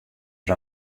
der